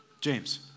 James